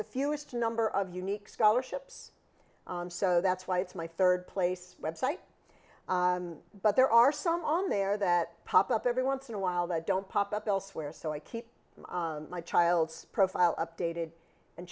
the fewest number of unique scholarships so that's why it's my third place web site but there are some on there that pop up every once in awhile they don't pop up elsewhere so i keep my child profile updated and